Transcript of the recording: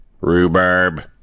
Rhubarb